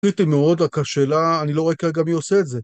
זה קריטי מאוד, רק השאלה, אני לא רואה כרגע מי עושה את זה